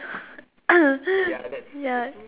ya